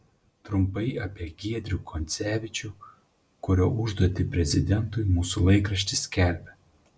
trumpai apie giedrių koncevičių kurio užduotį prezidentui mūsų laikraštis skelbia